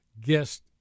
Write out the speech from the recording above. guest